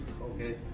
Okay